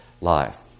life